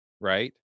right